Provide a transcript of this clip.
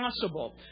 possible